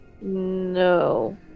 No